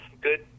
good